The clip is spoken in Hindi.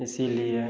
इसलिए